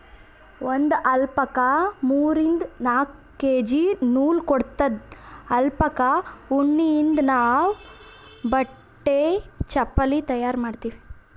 ಒಂದ್ ಅಲ್ಪಕಾ ಮೂರಿಂದ್ ನಾಕ್ ಕೆ.ಜಿ ನೂಲ್ ಕೊಡತ್ತದ್ ಅಲ್ಪಕಾ ಉಣ್ಣಿಯಿಂದ್ ನಾವ್ ಬಟ್ಟಿ ಚಪಲಿ ತಯಾರ್ ಮಾಡ್ತೀವಿ